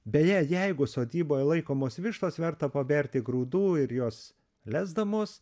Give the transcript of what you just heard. beje jeigu sodyboj laikomos vištos verta paberti grūdų ir jos lesdamos